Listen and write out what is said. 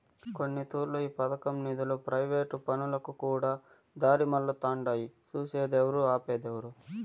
కొన్నితూర్లు ఈ పదకం నిదులు ప్రైవేటు పనులకుకూడా దారిమల్లతుండాయి సూసేదేవరు, ఆపేదేవరు